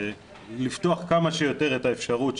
לפתוח כמה שיותר את האפשרות,